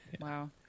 Wow